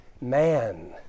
man